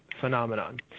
phenomenon